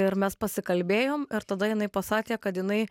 ir mes pasikalbėjom ir tada jinai pasakė kad jinai